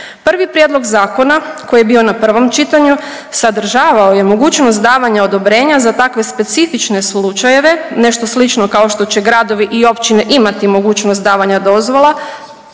Prvi prijedlog zakona koji je bio na prvom čitanju sadržavao je mogućnost davanja odobrenja za takve specifične slučajeve, nešto slično kao što će gradovi i općine imati mogućnost davanja dozvola,